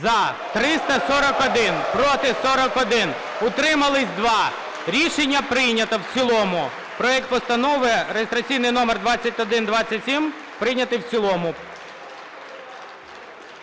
За-341 Проти – 41, утримались – 2. Рішення прийнято в цілому. (Оплески) Проект Постанови (реєстраційний номер 2127) прийнятий в цілому.